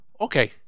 Okay